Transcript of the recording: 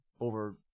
over